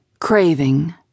craving